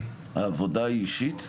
העבודה היא אישית?